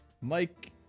Mike